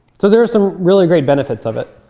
so there are some really great benefits of it.